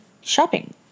shopping